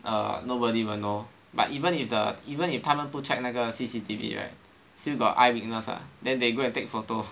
err nobody will know but even if the even if 他们不 check 那个 C_C_T_V right still got eyewitness ah then they go and take photo